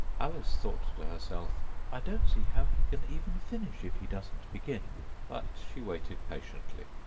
alice thought to herself, i don't see how he can even finish, if he doesn't begin but she waited patiently.